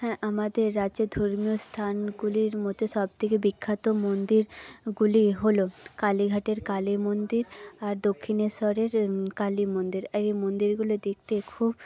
হ্যাঁ আমাদের রাজ্যের ধর্মীয় স্থানগুলির মধ্যে সবথেকে বিখ্যাত মন্দির গুলি হল কালীঘাটের কালী মন্দির আর দক্ষিণেশ্বরের কালী মন্দির এই মন্দিরগুলো দেখতে খুব